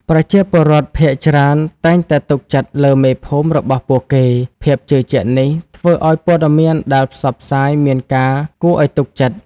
ប្រជាពលរដ្ឋភាគច្រើនតែងតែទុកចិត្តលើមេភូមិរបស់ពួកគេ ភាពជឿជាក់នេះធ្វើឱ្យព័ត៌មានដែលផ្សព្វផ្សាយមានការគួរឱ្យទុកចិត្ត។